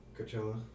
Coachella